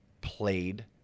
played